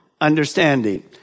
understanding